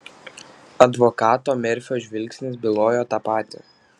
advokato merfio žvilgsnis bylojo tą patį